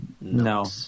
No